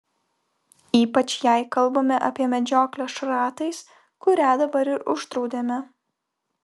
ypač jei kalbame apie medžioklę šratais kurią dabar ir uždraudėme